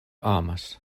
amas